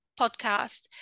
podcast